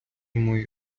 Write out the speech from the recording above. мої